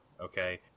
Okay